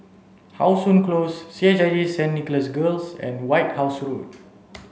how Sun Close C H I J Saint Nicholas Girls and White House Road